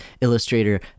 illustrator